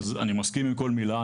אני מסכים עם כל מילה,